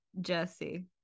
Jesse